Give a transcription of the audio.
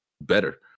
better